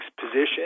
position